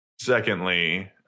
secondly